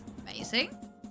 Amazing